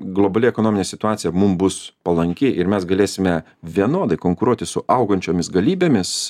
globali ekonominė situacija mum bus palanki ir mes galėsime vienodai konkuruoti su augančiomis galybėmis